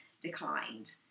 declined